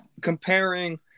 comparing